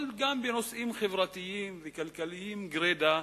אבל גם בנושאים חברתיים וכלכליים גרידא,